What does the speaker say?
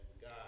God